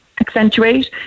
accentuate